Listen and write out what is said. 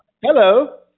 Hello